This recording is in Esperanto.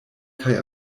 kaj